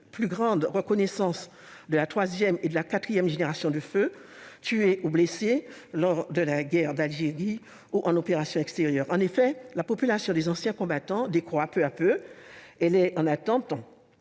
plus grande reconnaissance des troisième et quatrième générations du feu, des soldats tués ou blessés lors de la guerre d'Algérie ou en opérations extérieures. En effet, la population des anciens combattants décroît peu à peu. Elle se rajeunit